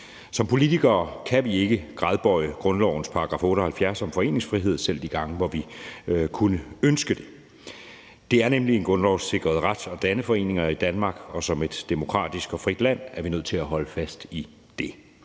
Som politikere kan vi ikke gradbøje grundlovens § 78 om foreningsfrihed, selv de gange, hvor vi kunne ønske det. Det er nemlig en grundlovssikret ret at danne foreninger i Danmark, og som et demokratisk og frit land er vi nødt til at holde fast i det.